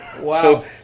Wow